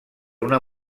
una